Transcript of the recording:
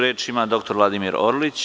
Reč ima dr Vladimir Orlić.